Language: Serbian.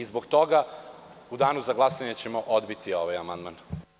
Zbog toga u Danu za glasanje odbićemo ovaj amandman.